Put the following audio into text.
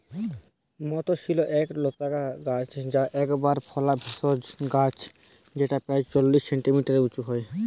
মথ শিম এক লতানা গাছ যা একবার ফলা ভেষজ গাছ যেটা প্রায় চল্লিশ সেন্টিমিটার উঁচু হয়